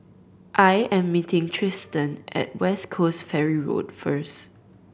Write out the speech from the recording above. I am meeting Tristin at West Coast Ferry Road first